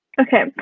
Okay